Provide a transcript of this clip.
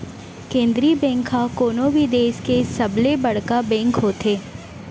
केंद्रीय बेंक ह कोनो भी देस के सबले बड़का बेंक होथे